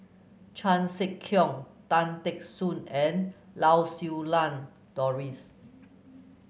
Chan Sek Keong Tan Teck Soon and Lau Siew Lang Doris